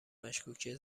مشکوکه